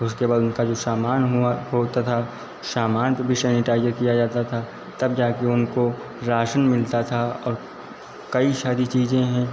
उसके बाद उनका जो शामान हुआ हो तथा शामान पे भी शैनिटाइजर किया जाता था तब जाके उनको राशन मिलता था और कई शारी चीजें हैं